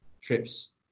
trips